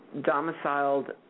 domiciled